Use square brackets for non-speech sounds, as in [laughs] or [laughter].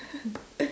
[laughs]